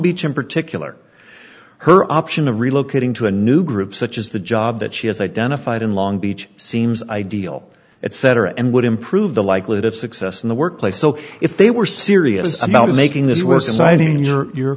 beach in particular her option of relocating to a new group such as the job that she has identified in long beach seems ideal etc and would improve the likelihood of success in the workplace so if they were serious about making this w